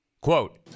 quote